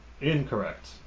Incorrect